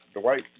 Dwight